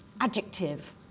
adjective